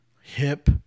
hip